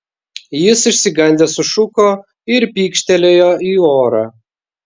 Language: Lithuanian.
jis išsigandęs sušuko ir pykštelėjo į orą